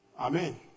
Amen